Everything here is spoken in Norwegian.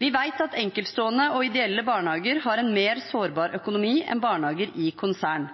Vi vet at enkeltstående og ideelle barnehager har en mer sårbar økonomi enn barnehager i konsern.